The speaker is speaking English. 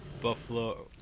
Buffalo